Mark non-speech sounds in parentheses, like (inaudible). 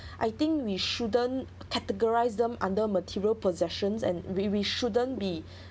(breath) I think we shouldn't categorise them under material possessions and we we shouldn't be